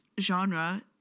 genre